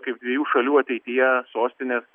kaip dviejų šalių ateityje sostinės